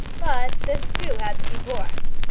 but this too had to be borne.